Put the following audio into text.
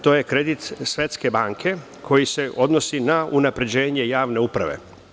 To je kredit Svetske banke koji se odnosi na unapređenje javne uprave.